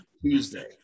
Tuesday